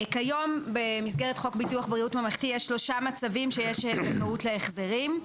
כיום במסגרת חוק בריאות ממלכתי יש שלושה מצבים שיש זכאות להחזרים: